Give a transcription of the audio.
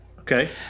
Okay